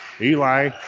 Eli